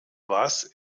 was